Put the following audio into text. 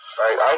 right